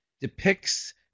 depicts